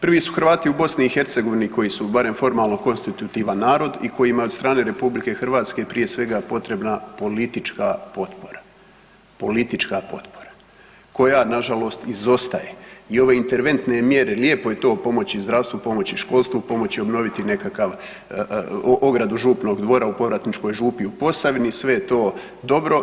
Prvi su Hrvati u BiH koji su barem formalno, konstitutivan narod i kojima je od strane RH, prije svega, potrebna politička potpora, politička potpora, koja nažalost izostaje i ove interventne mjere, lijepo je to pomoći i zdravstvu pomoći i školstvu pomoći i obnoviti nekakav ogradu župnog dvora u povratničkoj župi u Posavini, sve je to dobro.